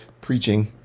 preaching